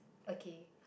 okay